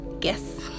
yes